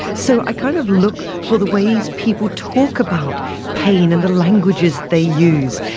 so i kind of look for the ways people talk about pain and the languages they use,